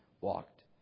walked